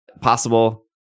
possible